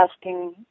asking